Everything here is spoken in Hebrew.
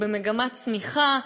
הוא במגמת צמיחה,